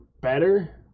better